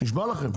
נשבע לכם,